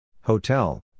Hotel